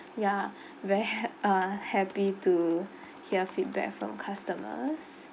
ya very ha~ uh happy to hear feedback from customers